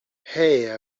hey